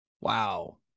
Wow